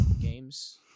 games